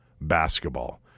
basketball